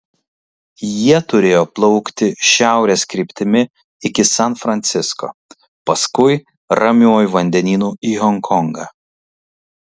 jie turėjo plaukti šiaurės kryptimi iki san francisko paskui ramiuoju vandenynu į honkongą